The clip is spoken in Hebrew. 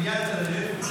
אבל עם יד על הלב,